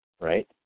right